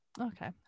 Okay